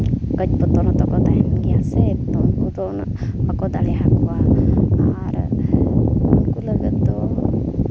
ᱛᱟᱦᱮᱱ ᱜᱮᱭᱟ ᱥᱮ ᱩᱱᱠᱩ ᱫᱚ ᱩᱱᱟᱹᱜ ᱵᱟᱠᱚ ᱫᱟᱲᱮᱭᱟᱠᱚᱣᱟ ᱟᱨ ᱩᱱᱠᱩ ᱞᱟᱹᱜᱤᱫ ᱫᱚ